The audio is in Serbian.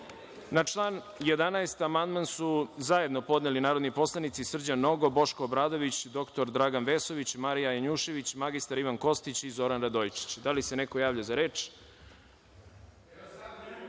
član 11. amandman su zajedno podneli narodni poslanici Srđan Nogo, Boško Obradović, dr Dragan Vesović, Marija Janjušević, mr Ivan Kostić i Zoran Radojičić. Da li se neko javlja za